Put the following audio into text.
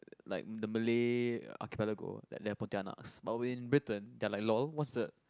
like the Malay Archipelago that there are Pontianaks but in Britain they are like lol what's a